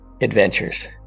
adventures